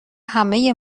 همه